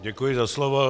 Děkuji za slovo.